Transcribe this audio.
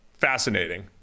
fascinating